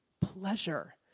pleasure